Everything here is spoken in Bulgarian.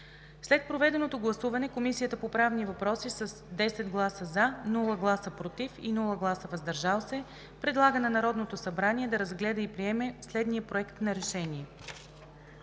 След проведеното гласуване Комисията по правни въпроси с 10 гласа „за“, без „против“ и „въздържал се“ предлага на Народното събрание да разгледа и приеме следния Проект на решение: